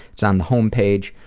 it's on the homepage,